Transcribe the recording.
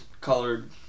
colored